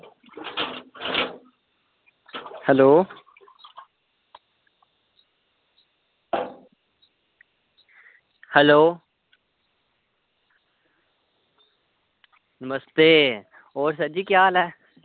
hello hello नमस्ते होर sir ji केह् हाल ऐ